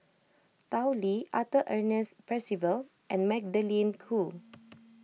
Tao Li Arthur Ernest Percival and Magdalene Khoo